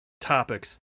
topics